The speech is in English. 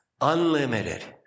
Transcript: Unlimited